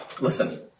Listen